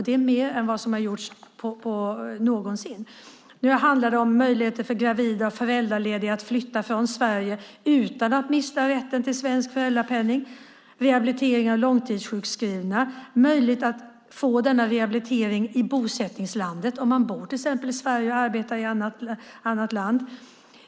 Det är mer än vad som gjorts någonsin tidigare. Det handlar om möjligheter för gravida och föräldralediga att flytta från Sverige utan att mista rätten till svensk föräldrapenning. När det gäller rehabilitering av långtidssjukskrivna blir det nu möjligt att få denna rehabilitering i bosättningslandet, om man bor till exempel i Sverige och arbetar i ett annat land.